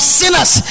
sinners